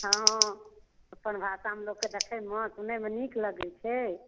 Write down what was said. हँ अपन भाषामे लोक कऽ देखेमे सुनेमे नीक लगैत छै